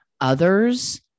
Others